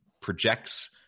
projects